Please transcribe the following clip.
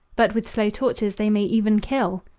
but with slow tortures they may even kill.